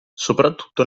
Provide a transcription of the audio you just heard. soprattutto